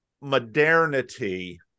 modernity